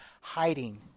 hiding